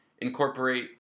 incorporate